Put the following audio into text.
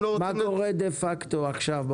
מה קורה דה פקטו עכשיו?